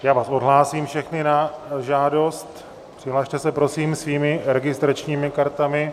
Já vás odhlásím všechny na žádost, přihlaste se, prosím, svými registračními kartami.